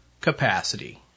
capacity